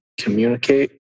communicate